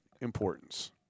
importance